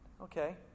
Okay